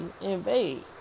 invade